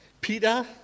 Peter